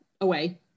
away